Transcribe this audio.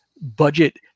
budget